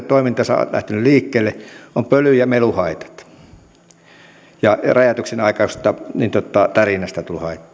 toiminta on lähtenyt liikkeelle ovat pöly ja meluhaitat ja räjäytyksen aikaisesta tärinästä tullut haitta